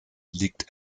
liegt